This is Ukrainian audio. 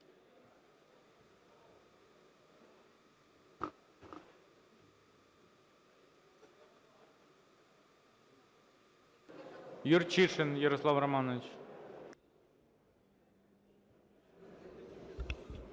Юрчишин Ярослав Романович.